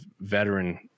veteran